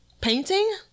Painting